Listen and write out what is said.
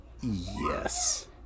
Yes